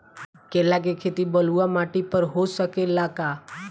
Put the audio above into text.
केला के खेती बलुआ माटी पर हो सकेला का?